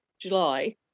July